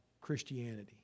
Christianity